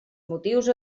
motius